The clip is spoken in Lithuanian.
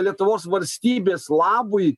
lietuvos valstybės labui